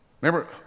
Remember